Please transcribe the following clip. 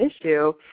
issue